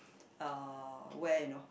uh where you know